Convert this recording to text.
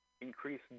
increase